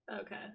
okay